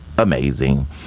amazing